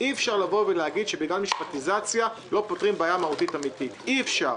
אי אפשר להגיד שבגלל משפטיזציה לא פותרים בעיה מהותית אמיתית אי אפשר,